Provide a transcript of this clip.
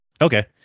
Okay